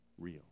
real